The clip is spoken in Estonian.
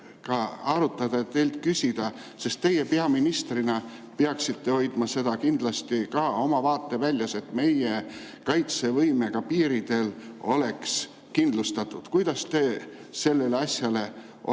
arutada, teilt küsida, sest teie peaministrina peaksite hoidma seda kindlasti ka oma vaateväljas, et meie kaitsevõime piiridel oleks kindlustatud. Kuidas te sellele asjale olete